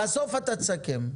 בסוף אתה תסכם.